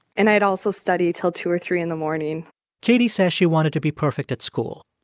and i'd also study till two or three in the morning katie says she wanted to be perfect at school.